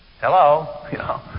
Hello